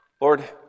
lord